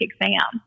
exam